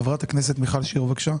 חברת הכנסת מיכל שיר סגמן, בבקשה.